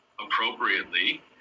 appropriately